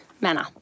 manner